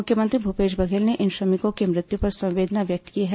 मुख्यमंत्री भूपेश बघेल ने इन श्रमिकों की मृत्यु पर संवेदना व्यक्त की है